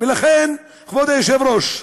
ולכן, כבוד היושב-ראש,